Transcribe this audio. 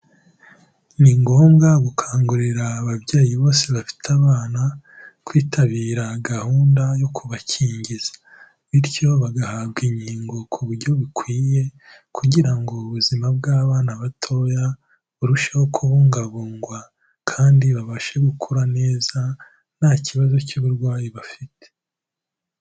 Ni ngombwa gukangurira ababyeyi bose bafite abana, kwitabira gahunda yo kubakingiza bityo bagahabwa inkingo ku buryo bukwiye kugira ngo ubuzima bw'abana batoya, burusheho kubungwabungwa kandi babashe gukura neza, nta kibazo cy'uburwayi bafite.